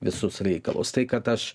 visus reikalus tai kad aš